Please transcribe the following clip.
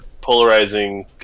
polarizing